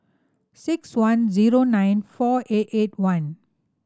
six one zero nine four eight eight one